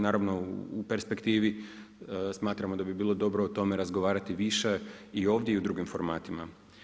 Naravno u perspektivi smatramo da bi bilo dobro o tome razgovarati više i ovdje i u drugim formatima.